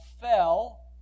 fell